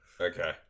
Okay